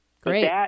great